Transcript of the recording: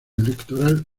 electoral